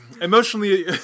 Emotionally